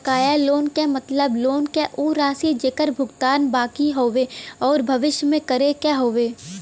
बकाया लोन क मतलब लोन क उ राशि जेकर भुगतान बाकि हउवे आउर भविष्य में करे क हउवे